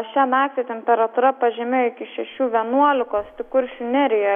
šią naktį temperatūra pažemėjo iki šešių vienuolikos kuršių nerijoj